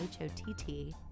h-o-t-t